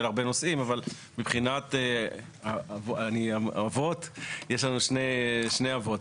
נושאים אבל מבחינת האבות יש לנו שני אבות,